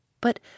but